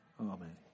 amen